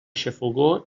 xafogor